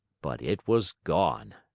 but it was gone.